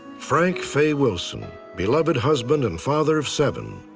frank faye wilson, beloved husband and father of seven,